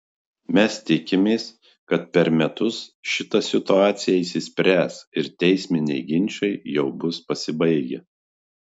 mes tikimės kad per metus šita situacija išsispręs ir teisminiai ginčai jau bus pasibaigę